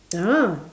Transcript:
ah